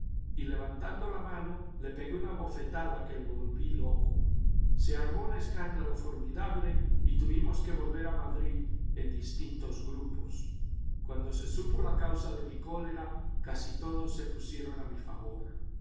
y levantando la mano le pegué una bofetada que lo volví loco se armó un escándalo formidable y tuvimos que volver a madrid en distintos grupos cuando se supo la causa de mi cólera casi todos se pusieron a mi favor